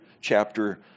chapter